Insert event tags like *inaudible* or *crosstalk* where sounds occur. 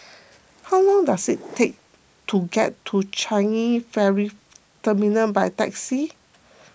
how long does *noise* it take to get to Changi Ferry Terminal by taxi